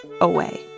away